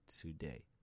today